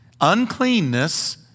uncleanness